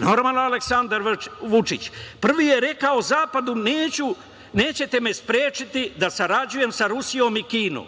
Normalno, Aleksandar Vučić. Prvi je rekao Zapadu – Nećete me sprečiti da sarađujem sa Rusijom i sa Kinom.